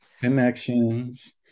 Connections